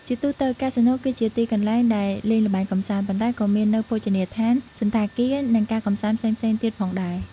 ជាទូទៅ កាស៊ីណូគឺជាទីកន្លែងដែលលេងល្បែងកម្សាន្ត ប៉ុន្តែក៏មាននូវភោជនីយដ្ឋាន សណ្ឋាគារ និងការកម្សាន្តផ្សេងៗទៀតផងដែរ ។